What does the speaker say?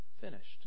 finished